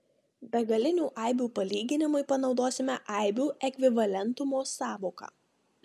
begalinių aibių palyginimui panaudosime aibių ekvivalentumo sąvoką